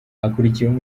hakurikiyeho